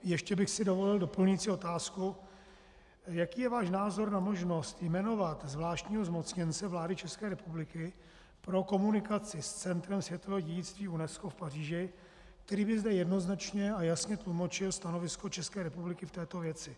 Ještě bych si dovolil doplňující otázku: Jaký je váš názor na možnost jmenovat zvláštního zmocněnce vlády České republiky pro komunikaci s centrem světového dědictví UNESCO v Paříži, který by zde jednoznačně a jasně tlumočil stanovisko České republiky v této věci?